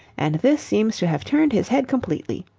and this seems to have turned his head completely.